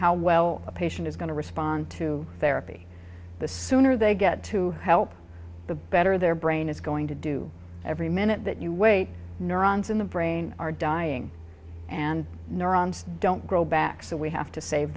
how well a patient is going to respond to therapy the sooner they get to help the better their brain is going to do every minute that you wait neurons in the brain are dying and neurons don't grow back so we have to save